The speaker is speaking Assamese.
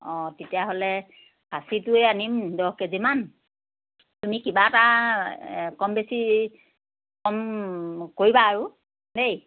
অঁ তেতিয়াহ'লে খাচীটোৱে আনিম দহ কেজিমান তুমি কিবা এটা কম বেছি কম কৰিবা আৰু দেই